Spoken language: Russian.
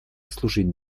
служить